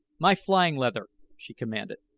my flying leather! she commanded.